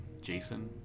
Jason